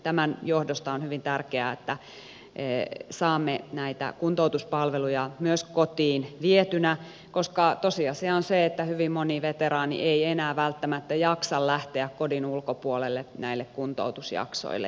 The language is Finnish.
tämän johdosta on hyvin tärkeää että saamme näitä kuntoutuspalveluita myös kotiin vietynä koska tosiasia on se että hyvin moni veteraani ei enää välttämättä jaksa lähteä kodin ulkopuolelle näille kuntoutusjaksoille